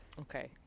okay